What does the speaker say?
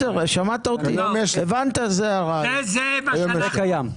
זה קיים.